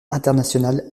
international